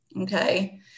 Okay